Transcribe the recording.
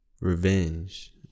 Revenge